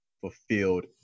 fulfilled